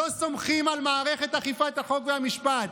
לא סומכים על מערכת אכיפת החוק והמשפט,